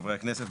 חברי הכנסת,